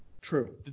True